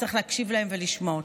וצריך להקשיב להם ולשמוע אותם.